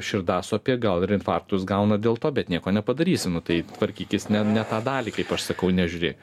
širdasopė gal ir infarktus gauna dėl to bet nieko nepadarysi nu tai tvarkykis ne ne tą dalį kaip aš sakau nežiūri